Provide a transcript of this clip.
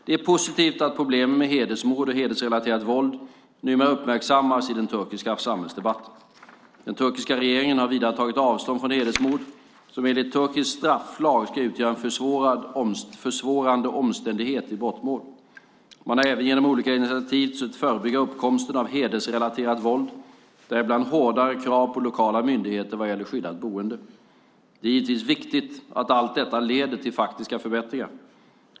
Det är positivt att problemen med hedersmord och hedersrelaterat våld numera uppmärksammas i den turkiska samhällsdebatten. Den turkiska regeringen har vidare tagit avstånd från hedersmord, som enligt turkisk strafflag ska utgöra en försvårande omständighet i brottmål. Man har även genom olika initiativ sökt förebygga uppkomsten av hedersrelaterat våld, däribland hårdare krav på lokala myndigheter vad gäller skyddat boende. Det är givetvis viktigt att allt detta leder till faktiska förbättringar.